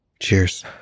Cheers